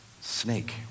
Snake